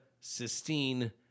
Sistine